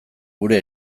gure